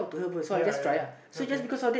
ya ya okay